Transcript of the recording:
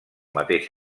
mateix